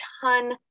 ton